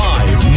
Live